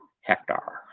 hectare